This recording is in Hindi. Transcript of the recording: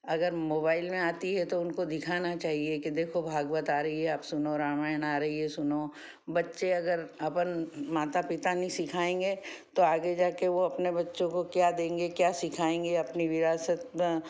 अगर मोबाइल में आती है तो उनको दिखाना चाहिए कि देखो भागवत आ रही है आप सुनो रामायण आ रही है सुनो बच्चे अगर अपन माता पिता नहीं सिखाएँगे तो आगे जाकर वो अपने बच्चों को क्या देंगे क्या सिखाएँगे अपनी विरासत